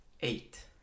Eight